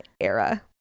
era